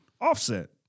offset